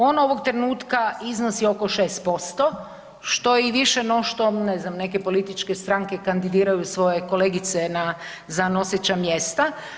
On ovog trenutka iznosi oko 6% što je i više no što neke političke stranke kandidiraju svoje kolegice za noseća mjesta.